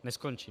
Neskončím.